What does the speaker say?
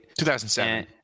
2007